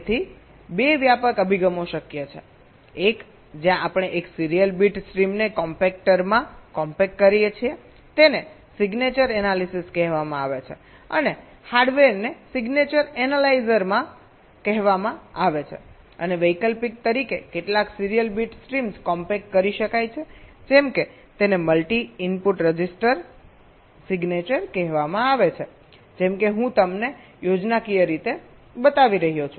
તેથી 2 વ્યાપક અભિગમો શક્ય છે એક જ્યાં આપણે એક સીરીયલ બીટ સ્ટ્રીમને કોમ્પેક્ટરમાં કોમ્પેક્ટ કરીએ છીએ તેને સિગ્નેચર એનાલિસિસ કહેવામાં આવે છે અને હાર્ડવેરને સિગ્નેચર એનલાયઝર કહેવામાં આવે છે અને વૈકલ્પિક તરીકે કેટલાક સીરીયલ બીટ સ્ટ્રીમ્સ કોમ્પેક્ટ કરી શકાય છે જેમ કે તેને મલ્ટી ઇનપુટ સિગ્નેચર રજિસ્ટર કહેવામાં આવે છે જેમ કે હું તમને યોજનાકીય રીતે બતાવી રહ્યો છું